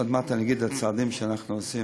עוד מעט אגיד את הצעדים שאנחנו עושים.